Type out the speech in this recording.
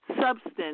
substance